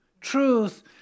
truth